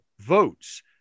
votes